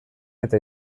eta